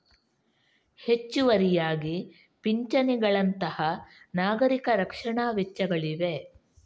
ಹೆಚ್ಚುವರಿಯಾಗಿ ಪಿಂಚಣಿಗಳಂತಹ ನಾಗರಿಕ ರಕ್ಷಣಾ ವೆಚ್ಚಗಳಿವೆ